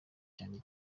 cyane